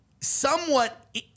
somewhat